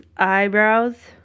eyebrows